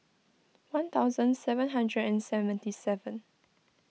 one thousand seven hundred and seventy seven